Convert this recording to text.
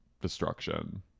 destruction